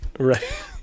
Right